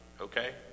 okay